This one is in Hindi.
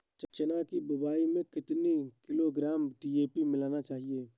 चना की बुवाई में कितनी किलोग्राम डी.ए.पी मिलाना चाहिए?